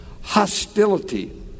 hostility